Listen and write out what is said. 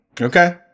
Okay